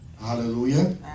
Hallelujah